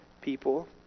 people